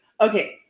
Okay